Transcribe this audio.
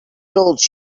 told